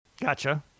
Gotcha